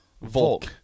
Volk